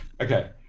Okay